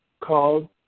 called